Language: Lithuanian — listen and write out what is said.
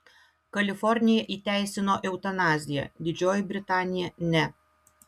kalifornija įteisino eutanaziją didžioji britanija ne